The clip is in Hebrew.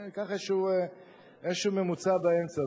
ניקח איזה ממוצע באמצע,